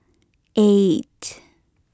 eight